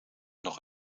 nog